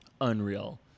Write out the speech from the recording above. unreal